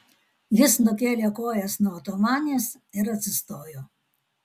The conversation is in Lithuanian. jis nukėlė kojas nuo otomanės ir atsistojo